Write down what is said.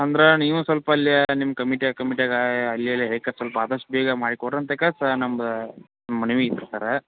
ಅಂದ್ರೆ ನೀವು ಸೊಲ್ಪ ಅಲ್ಲಿ ನಿಮ್ಮ ಯಾರು ಕಮಿಟಿ ಕಮಿಟಿಯಾಗ ಅಲ್ಲಿ ಇಲ್ಲಿ ಸ್ವಲ್ಪ ಆದಷ್ಟು ಬೇಗ ಮಾಡಿ ಕೊಡ್ಬೇಕು ಅಂತ ನಮ್ದು ಮನವಿ ಇದು ಸರ್